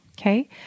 okay